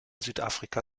südafrika